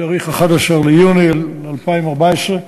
בתאריך 11 ביוני 2014,